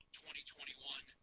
2021